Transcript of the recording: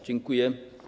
Dziękuję.